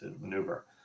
maneuver